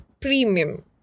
premium